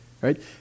right